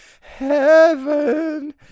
heaven